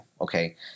okay